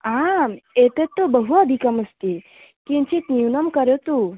आम् एतत् तु बहु अधिकम् अस्ति किञ्चित् न्यूनं करोतु